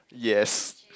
yes